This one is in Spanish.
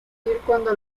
cuando